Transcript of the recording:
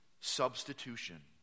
substitution